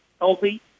healthy